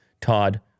Todd